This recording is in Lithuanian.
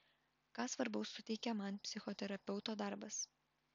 ką svarbaus suteikia man psichoterapeuto darbas